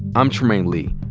i'm trymaine lee.